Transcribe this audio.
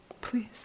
Please